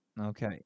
Okay